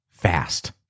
fast